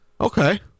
Okay